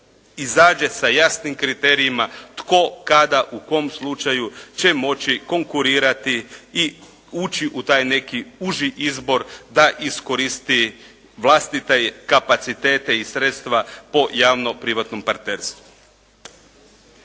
izađe sa jasnim kriterijima tko, kad u kom slučaju će moći konkurirati i ući u taj neki uži izbor da iskoristi vlastite kapacitete i sredstva po javno-privatnom partnerstvu.